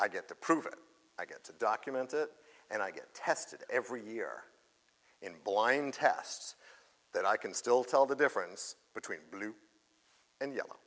i get to prove i get to document it and i get tested every year in blind tests that i can still tell the difference between blue and yellow